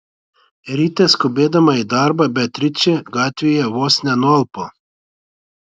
ryte skubėdama į darbą beatričė gatvėje vos nenualpo